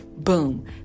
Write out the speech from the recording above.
boom